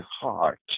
heart